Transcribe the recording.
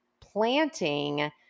planting